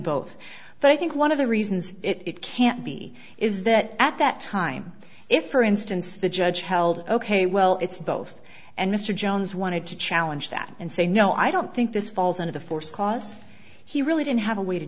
both but i think one of the reasons it can't be is that at that time if for instance the judge held ok well it's both and mr jones wanted to challenge that and say no i don't think this falls into the force cause he really didn't have a way to